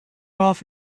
off